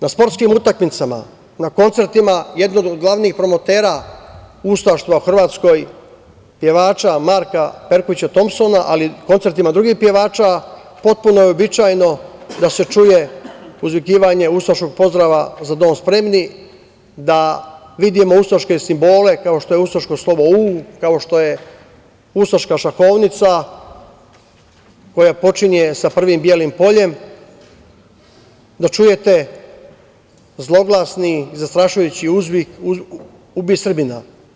Na sportskim utakmicama, na koncertima, jedan od glavnih promotera ustaštva u Hrvatskoj, pevač Marko Perković Tompson, ali i na koncertima drugih pevača potpuno je uobičajeno da se čuje uzvikivanje ustaškog pozdrava "za dom spremni", da vidimo ustaške simbole kao što je ustaško slovo "U", kao što je ustaška šahovnica koja počinje sa prvim belim poljem, da čujete zloglasni, zastrašujući uzvik "ubij Srbina"